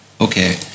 Okay